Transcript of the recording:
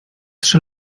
trzy